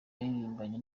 yaririmbanye